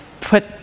put